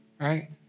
Right